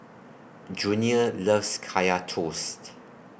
Junior loves Kaya Toast